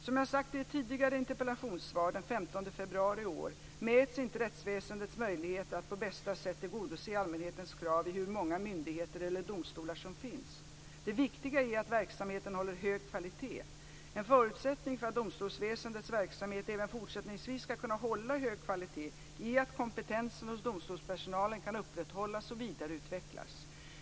Som jag sagt i ett tidigare interpellationssvar den 13 februari i år mäts inte rättsväsendets möjligheter att på bästa sätt tillgodose allmänhetens krav i hur många myndigheter eller domstolar som finns. Det viktiga är att verksamheten håller hög kvalitet. En förutsättning för att domstolsväsendets verksamhet även fortsättningsvis skall kunna hålla hög kvalitet är att kompetensen hos domstolspersonalen kan upprätthållas och vidareutvecklas.